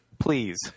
Please